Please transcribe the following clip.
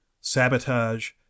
sabotage